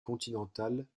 continentales